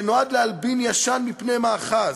שנועד להלבין ישן מפני מאחז,